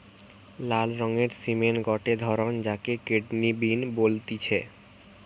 লাল রঙের সিমের গটে ধরণ যাকে কিডনি বিন বলতিছে